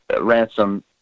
ransom